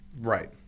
Right